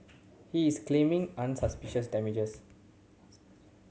he is claiming unsuspicious damages